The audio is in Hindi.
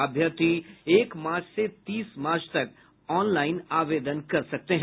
अभ्यर्थी एक मार्च से तीस मार्च तक ऑनलाईन आवेदन कर सकते हैं